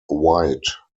white